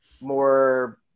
more